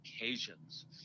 occasions